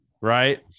right